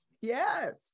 yes